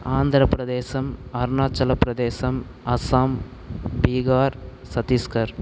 Andhra Pradesh Arunachal Pradesh Assam Bihar Chhattisgarh